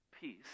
peace